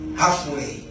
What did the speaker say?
halfway